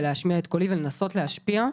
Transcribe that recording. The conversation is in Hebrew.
להשמיע את קולי ולנסות להשפיע.